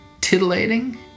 titillating